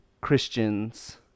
Christians